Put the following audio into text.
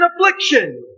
affliction